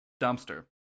dumpster